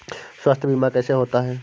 स्वास्थ्य बीमा कैसे होता है?